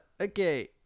Okay